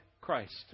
christ